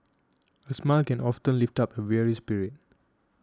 a smile can often lift up a weary spirit